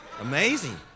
Amazing